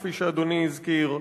כפי שאדוני הזכיר,